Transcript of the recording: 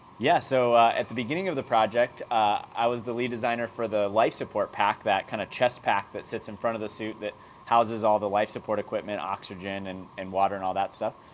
yeah, so, at the beginning of the project, i was the lead designer for the life support pack, that kind of chest pack that sits in front of the suit that houses all the life support equipment, oxygen and and water and all that stuff.